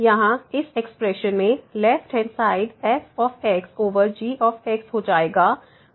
यहाँ इस एक्सप्रेशन में left hand side f g हो जाएगा